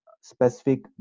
specific